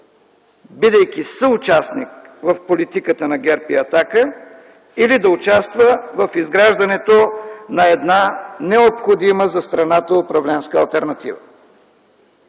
бидейки съучастник в политиката на ГЕРБ и „Атака”, или да участва в изграждането на една необходима за страната управленска алтернатива.